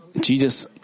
Jesus